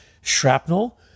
shrapnel